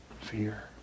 fear